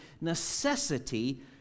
necessity